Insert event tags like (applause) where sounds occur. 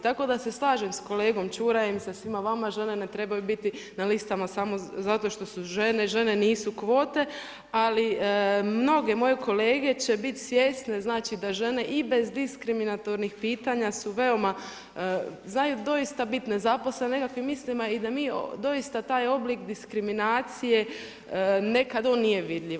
Tako da se slažem sa kolegom Čurajem, sa svima vama, žene ne trebaju biti na listama samo zato što su žene, žene nisu kvote ali mnoge moje kolege će biti svjesne, znači da žene i bez diskriminatornih pitanja su veoma, znaju doista biti … (unintelligible) nekakvim mislima i da mi doista taj oblik diskriminacije nekada on nije vidljiv.